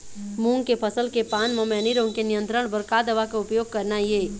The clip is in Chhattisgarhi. मूंग के फसल के पान म मैनी रोग के नियंत्रण बर का दवा के उपयोग करना ये?